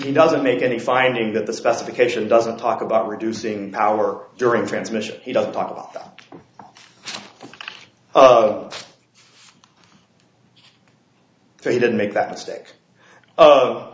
he doesn't make any finding that the specification doesn't talk about reducing power during transmission he doesn't talk about he didn't make that mistake o